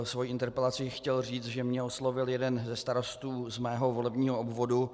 Svou interpelací bych chtěl říct, že mě oslovil jeden ze starostů z mého volebního obvodu.